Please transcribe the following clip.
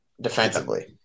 defensively